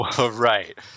Right